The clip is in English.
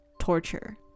torture